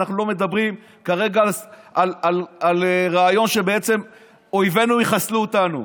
אנחנו לא מדברים כרגע על הרעיון שבעצם אויבינו יחסלו אותנו,